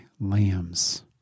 lambs